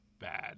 bad